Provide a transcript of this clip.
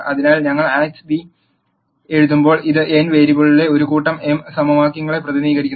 അതിനാൽ ഞങ്ങൾ ax b എഴുതുമ്പോൾ ഇത് n വേരിയബിളുകളിലെ ഒരു കൂട്ടം m സമവാക്യങ്ങളെ പ്രതിനിധീകരിക്കുന്നു